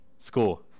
school